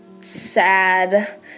sad